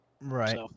Right